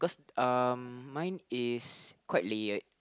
cause um mine is quite layered